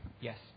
Yes